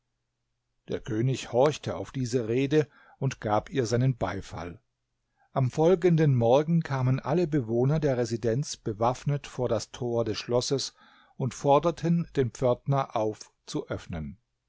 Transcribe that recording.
der könig horchte auf diese rede und gab ihr seinen beifall am folgenden morgen kamen alle bewohner der residenz bewaffnet vor das tor des schlosses und forderten den pförtner auf zu öffnen